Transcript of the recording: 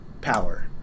power